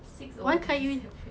six oh seven